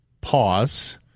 Pause